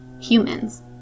humans